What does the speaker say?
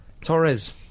Torres